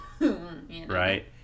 Right